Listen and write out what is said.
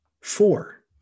Four